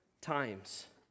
times